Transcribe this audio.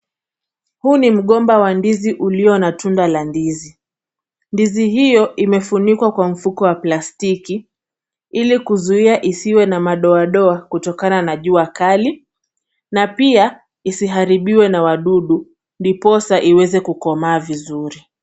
Huu ni mgomba wa ndizi ulio na tunda la ndizi. Ndizi hiyo imefunikwa kwa mfuko wa plastiki ili kuzuia isiwe na madoadoa kutokana na jua kali, na pia isiharibiwe na wadudu, ndiposa iweze kukomaa vizuri.